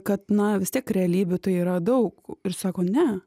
kad na vis tiek realybių tai yra daug ir sako ne